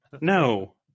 No